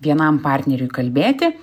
vienam partneriui kalbėti